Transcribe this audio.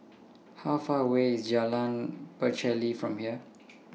How Far away IS Jalan Pacheli from here